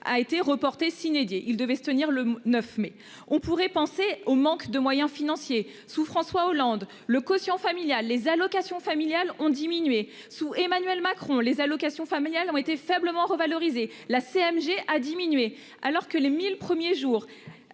a été reporté sine die. Il devait se tenir le 9 mai. On pourrait penser au manque de moyens financiers sous François Hollande le quotient familial, les allocations familiales ont diminué sous Emmanuel Macron, les allocations familiales ont été faiblement revalorisé la CMG a diminué alors que les 1000 premiers jours.